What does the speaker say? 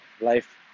life